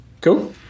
Cool